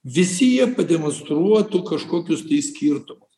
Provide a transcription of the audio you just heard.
visi jie pademonstruotų kažkokius skirtumus